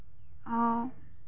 অঁ